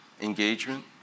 engagement